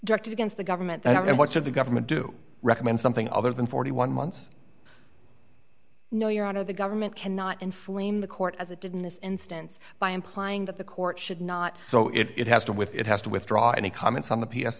directed against the government that's what should the government do recommend something other than forty one months no your honor the government cannot inflame the court as it did in this instance by implying that the court should not so it has to with it has to withdraw any comments on